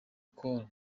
col